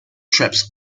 trips